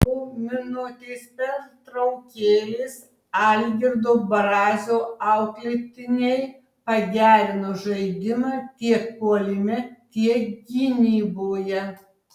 po minutės pertraukėlės algirdo brazio auklėtiniai pagerino žaidimą tiek puolime tiek gynyboje